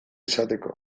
izateko